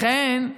לכן,